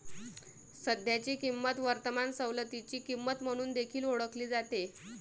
सध्याची किंमत वर्तमान सवलतीची किंमत म्हणून देखील ओळखली जाते